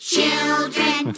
Children